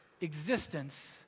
existence